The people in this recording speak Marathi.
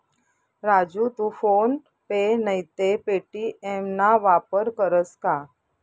राजू तू फोन पे नैते पे.टी.एम ना वापर करस का?